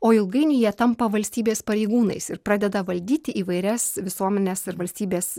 o ilgainiui jie tampa valstybės pareigūnais ir pradeda valdyti įvairias visuomenės ir valstybės